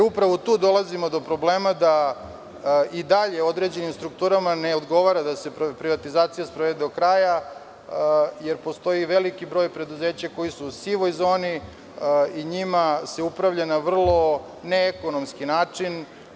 Upravo tu dolazimo do problema da i dalje određenim strukturama ne odgovara da se privatizacija sprovede do kraja, jer postoji veliki broj preduzeća koja su u sivoj zoni i njima se upravlja na vrlo neekonomski način.